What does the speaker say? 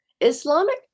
Islamic